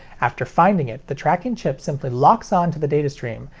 after finding it, the tracking chip simply locks on to the datastream,